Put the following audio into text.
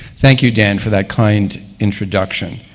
thank you, dan, for that kind introduction.